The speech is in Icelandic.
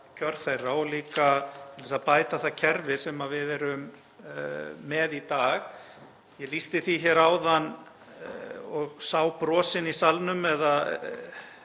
kjör þeirra og líka til þess að bæta það kerfi sem við erum með í dag. Ég lýsti því hér áðan, og sá brosin í salnum,